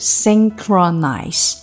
synchronize